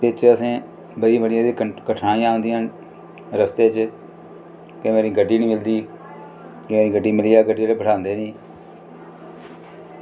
बिच बिच बड़ी बड़ी असेंगी कठनाइयां आंदियां न रस्ते च केईं बारी गड्डी नि मिलदी केीं बारी गड्डियै आह्ले बैठांदे नेईं